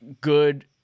good